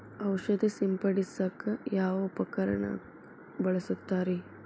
ಔಷಧಿ ಸಿಂಪಡಿಸಕ ಯಾವ ಉಪಕರಣ ಬಳಸುತ್ತಾರಿ?